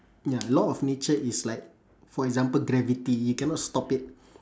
ya law of nature is like for example gravity you cannot stop it